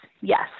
Yes